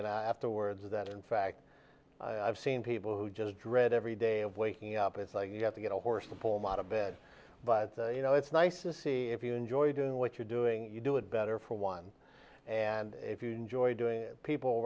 and afterwards that in fact i've seen people who just dread every day of waking up it's like you have to get a horse to pull him out of bed but you know it's nice to see if you enjoy doing what you're doing you do it better for one and if you enjoy doing people